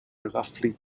roughly